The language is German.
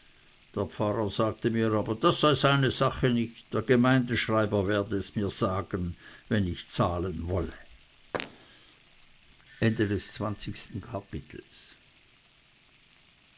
der pfarrer sagte mir aber das sei seine sache nicht der gemeindeschreiber werde es mir sagen wenn ich zahlen wolle